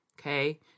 okay